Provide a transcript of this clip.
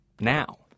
now